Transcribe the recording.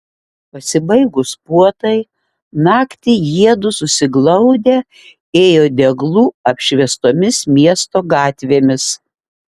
pasibaigus puotai naktį jiedu susiglaudę ėjo deglų apšviestomis miesto gatvėmis